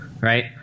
Right